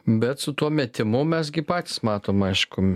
bet su tuo metimu mes gi patys matom aišku